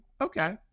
Okay